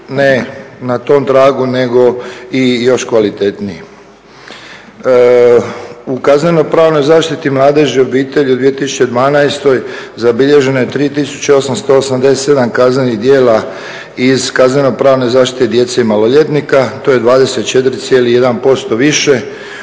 ne na tom tragu nego i još kvalitetniji. U kazneno-pravnoj zaštiti mladeži i obitelji u 2012. zabilježeno je 3887 kaznenih djela iz kazneno-pravne zaštite djece i maloljetnika. To je 24,1% više